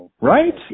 Right